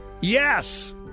yes